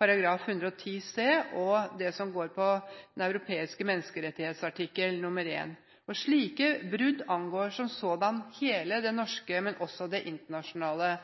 § 110 c og det som går på Den europeiske menneskerettighetskonvensjonens artikkel 1. Slike brudd angår som sådan hele det norske, men også det internasjonale,